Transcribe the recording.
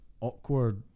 awkward